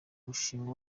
mushinga